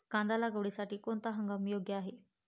कांदा लागवडीसाठी कोणता हंगाम योग्य आहे?